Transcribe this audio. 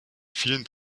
vielen